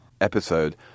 episode